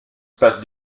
passe